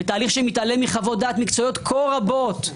בתהליך שמתעלם מחוות דעת מקצועיות כה רבות,